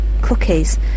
cookies